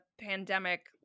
pandemic